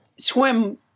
swim